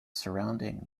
surrounding